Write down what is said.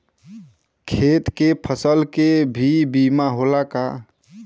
खेत के फसल के भी बीमा होला का?